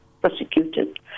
prosecuted